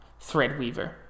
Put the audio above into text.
Threadweaver